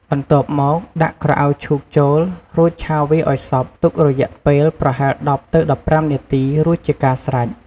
បន្ទាប់មកដាក់ក្រអៅឈូកចូល រួចឆាវាអោយសព្វ ទុករយៈពេលប្រហែល ១០ ទៅ ១៥ នាទីរួចជាការស្រេច។